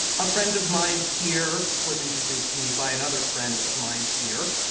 a ah friend of mine here was introduced to me by another friend of mine here,